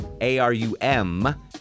A-R-U-M